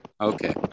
Okay